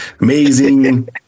Amazing